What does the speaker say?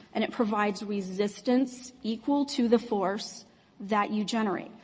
and it provides resistance equal to the force that you generate.